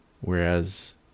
whereas